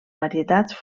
varietats